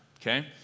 Okay